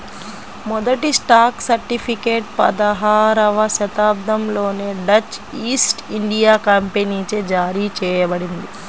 మొదటి stock certificate పదహారవ శతాబ్దంలోనే డచ్ ఈస్ట్ ఇండియా కంపెనీచే జారీ చేయబడింది